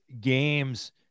games